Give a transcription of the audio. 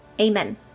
Amen